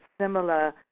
similar